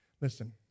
Listen